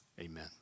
Amen